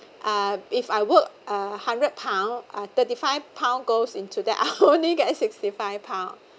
uh if I work uh hundred pound uh thirty five pound goes into that I only get sixty five pound